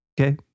Okay